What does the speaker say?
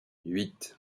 huit